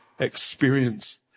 experience